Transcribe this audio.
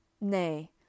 Nay